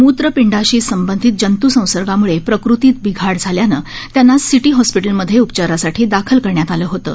मुत्रपिंडाशी संबंधित जंतुसंसर्गामुळे प्रकृतीत बिघाड झाल्यानं त्यांना सिटी हॉस्पिटलमध्ये उपचारासाठी दाखल करण्यात आलं होतं